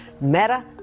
Meta